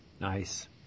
Nice